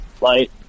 light